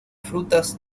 frutas